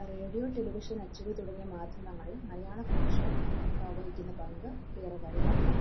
radio television അച്ചവി തുടങ്ങിയ മാധ്യമങ്ങളിൽ മലയാള ഭാഷ വഹിക്കുന്ന പങ്ക് ഏറെ വലുതാണ്